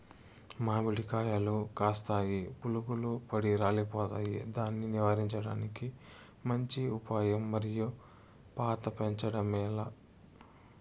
మామిడి కాయలు కాస్తాయి పులుగులు పడి రాలిపోతాయి దాన్ని నివారించడానికి మంచి ఉపాయం మరియు కాత పెంచడము ఏలా?